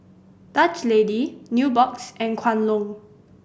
Dutch Lady Nubox and Kwan Loong